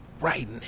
Right